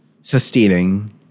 sustaining